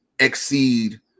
exceed